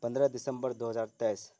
پندرہ دسمبر دو ہزار تیئیس